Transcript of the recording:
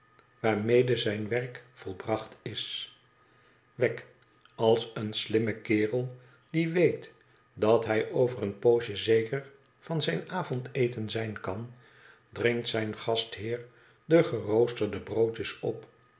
waarmede zijn werk volbracht is wegg als een slimme kerel die weet dat hij over een poosje zeker van zijn avondeten zijn kan dringt zijn gastheer de gerooste broodjes op